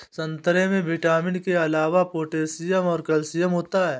संतरे में विटामिन के अलावा पोटैशियम और कैल्शियम होता है